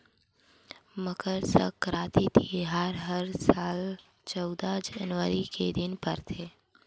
मकर सकराति तिहार ह हर साल चउदा जनवरी के दिन परथे